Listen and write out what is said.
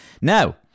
now